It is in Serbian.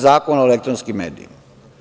Zakona o elektronskim medijima.